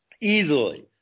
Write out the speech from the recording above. Easily